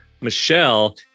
Michelle